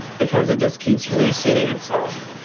because it just keeps reseeding itself.